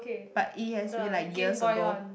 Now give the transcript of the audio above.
but it has been like years ago